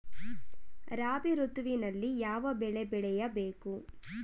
ರಾಬಿ ಋತುವಿನಲ್ಲಿ ಯಾವ ಬೆಳೆ ಬೆಳೆಯ ಬೇಕು?